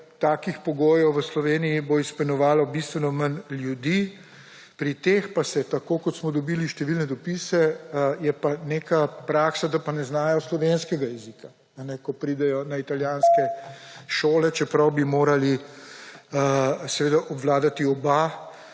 take pogoje v Sloveniji bo izpolnjevalo bistveno manj ljudi. Pri teh, tako kot smo dobili številne dopise, je pa neka praksa, da pa ne znajo slovenskega jezika, ko pridejo na italijanske šole, čeprav bi morali seveda obvladati oba,